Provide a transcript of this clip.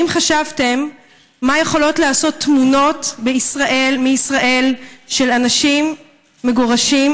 האם חשבתם מה יכולות לעשות תמונות מישראל של אנשים מגורשים,